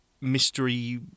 mystery